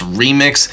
remix